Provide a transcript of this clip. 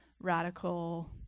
radical